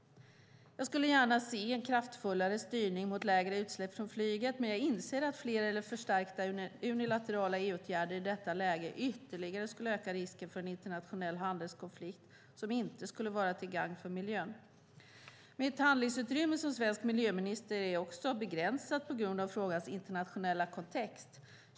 Jag skulle gärna se en kraftfullare styrning mot lägre utsläpp från flyget, men jag inser att fler eller förstärkta unilaterala EU-åtgärder i detta läge ytterligare skulle öka risken för en internationell handelskonflikt som inte skulle vara till gagn för miljön. Mitt handlingsutrymme som svensk miljöminister är också begränsat på grund av frågans internationella kontext.